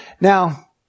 Now